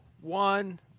one